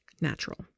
natural